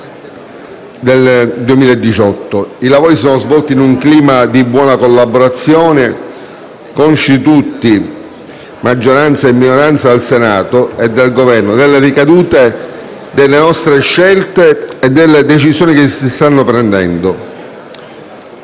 per il 2018. I lavori si sono svolti in un clima di buona collaborazione, consci tutti (maggioranza e minoranza al Senato, così come il Governo) delle ricadute delle nostre scelte e delle decisioni che stiamo prendendo.